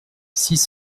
six